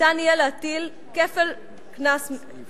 ניתן יהיה להטיל כפל קנס,